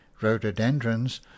Rhododendrons